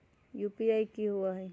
UPI कि होअ हई?